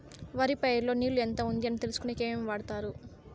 వరి పైరు లో నీళ్లు ఎంత ఉంది అని తెలుసుకునేకి ఏమేమి వాడతారు?